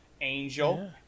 angel